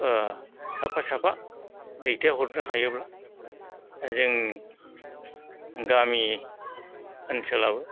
साफा साफा दैथायहरनो हायोब्ला आरो जों गामि ओनसोलाव